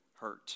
hurt